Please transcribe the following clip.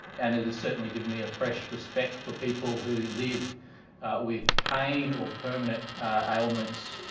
and it has certainly given me a fresh respect for people who live with pain or permanent ailments,